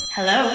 Hello